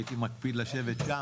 הייתי מקפיד לשבת שם.